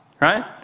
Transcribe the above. Right